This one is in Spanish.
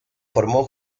formó